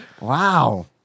Wow